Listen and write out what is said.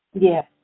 Yes